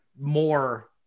more